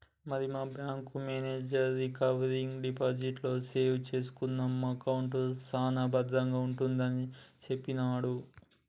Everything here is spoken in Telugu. మరి మా బ్యాంకు మేనేజరు రికరింగ్ డిపాజిట్ లో సేవ్ చేసుకున్న అమౌంట్ సాన భద్రంగా ఉంటుందని సెప్పిండు